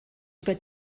über